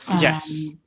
yes